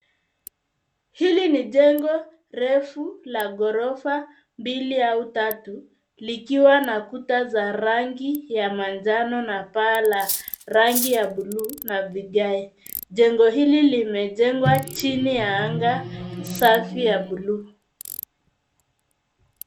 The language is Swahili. Hili ni jengo refu la ghorofa mbili au tatu, likiwa na kuta za rangi ya manjano na paa la rangi ya blue na vigae. Jengo hili limejengwa chini ya anga safi ya blue .